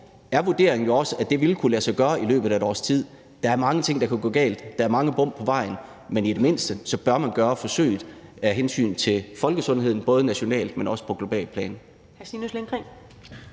er vurderingen jo også, at det vil kunne lade sig gøre i løbet af et års tid. Der er mange ting, der kan gå galt, der er mange bump på vejen, men i det mindste bør man gøre forsøget af hensyn til folkesundheden både nationalt, men også på globalt plan.